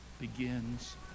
begins